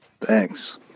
Thanks